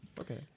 Okay